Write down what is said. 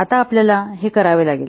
आता आपल्याला हे करावे लागेल